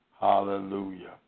Hallelujah